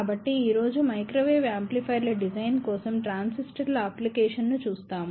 కాబట్టి ఈ రోజు మైక్రోవేవ్ యాంప్లిఫైయర్ల డిజైన్ కోసం ట్రాన్సిస్టర్ల అప్లికేషన్ ను చూస్తాము